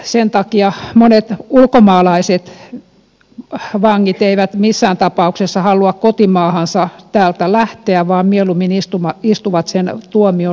sen takia monet ulkomaalaiset vangit eivät missään tapauksessa halua kotimaahansa täältä lähteä vaan mieluummin istuvat sen tuomion loppuun asti suomessa